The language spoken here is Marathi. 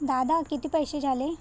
दादा किती पैसे झाले